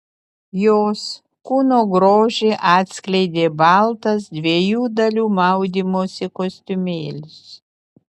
jos kūno grožį atskleidė baltas dviejų dalių maudymosi kostiumėlis